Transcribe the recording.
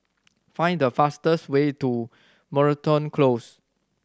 find the fastest way to Moreton Close